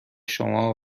شما